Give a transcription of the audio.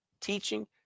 teaching